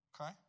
Okay